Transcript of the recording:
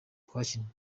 twakinnye